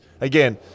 again